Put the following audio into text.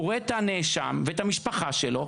הוא רואה את הנאשם ואת המשפחה שלו,